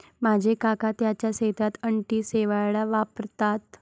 माझे काका त्यांच्या शेतात अँटी शेवाळ वापरतात